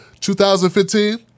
2015